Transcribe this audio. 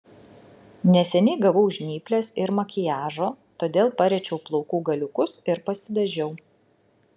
neseniai gavau žnyples ir makiažo todėl pariečiau plaukų galiukus ir pasidažiau